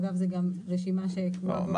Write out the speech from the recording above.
אגב, זו גם רשימה שקבועה בחוק.